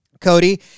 Cody